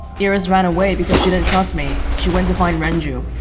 iris ran away because she didn't trust me. she went to find renju